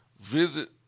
Visit